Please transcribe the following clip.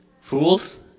Fools